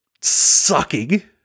sucking